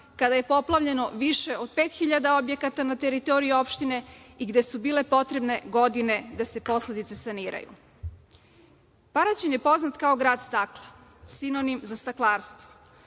kada je poplavljeno više od 5.000 objekata na teritoriji opštine gde su bile potrebne godine da se posledice saniraju. Paraćin je poznat kao grad stakla, sinonim za staklarstvo.